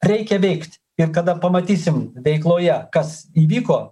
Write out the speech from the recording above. reikia veikt ir kada pamatysim veikloje kas įvyko